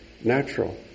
natural